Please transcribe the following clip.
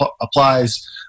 applies